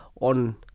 on